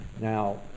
Now